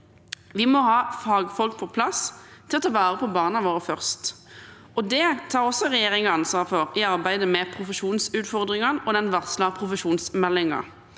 først ha fagfolk på plass til å ta vare på barna våre. Det tar også regjeringen ansvar for i arbeidet med profesjonsutfordringene og den varslede profesjonsmeldingen.